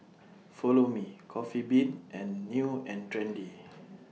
Follow Me Coffee Bean and New and Trendy